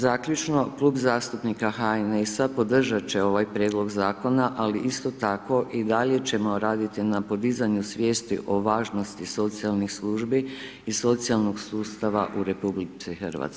Zaključno, Klub zastupnika HNS-a podržat će ovaj prijedlog zakona, ali isto tako i dalje ćemo raditi na podizanju svijesti o važnosti socijalnih službi i socijalnog sustava u RH.